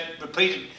repeated